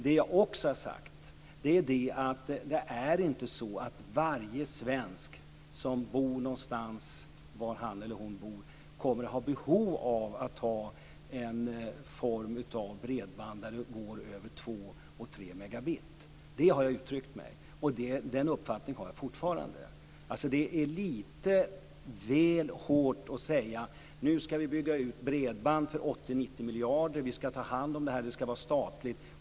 Jag har också sagt att det inte är så att varje svensk, var han eller hon nu än bor, kommer att ha behov av att ha en form av bredband över 2 och 3 megabit. Så har jag uttryckt mig och den uppfattningen har jag fortfarande. Det är lite väl hårt att säga: Nu ska vi bygga ut bredband för 80-90 miljarder. Vi ska ta hand om det här. Det ska vara statligt.